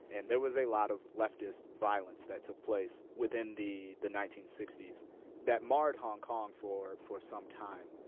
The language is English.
and there was a lot of leftist violence that took place within the the nineteen sixty s that marred hong kong for for some time.